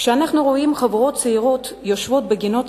כשאנחנו רואים חבורות צעירות יושבות בגינות